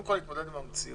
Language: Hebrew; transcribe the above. קודם כל, להתמודד עם המציאות.